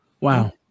wow